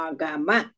Agama